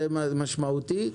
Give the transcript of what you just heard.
זה משמעותי.